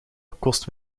kost